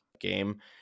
game